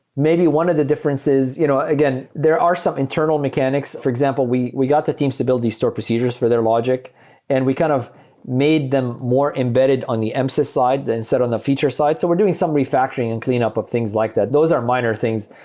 maybe one of the differences you know again, there are some internal mechanics. for example, we we got the teams to build these sort of procedures for their logic and we kind of made them more embedded on the msys side instead on the feature side. so we're doing some refactoring and cleanup of things like that. those are minor things,